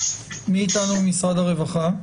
מי איתנו ממשרד הרווחה?